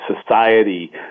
society